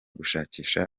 gushakisha